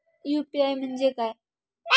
UPI म्हणजे काय?